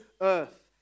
earth